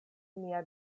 mia